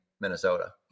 Minnesota